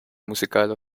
musical